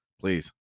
please